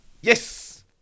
Yes